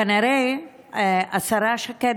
כנראה שהשרה שקד